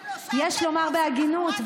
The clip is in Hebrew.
יש לומר בהגינות,